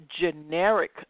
generic